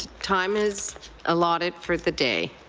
time is allotted for the day.